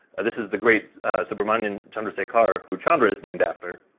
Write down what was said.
this is the great subrahmanyan chandrasekhar, who chandra is named after,